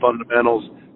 fundamentals